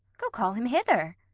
go call him hither.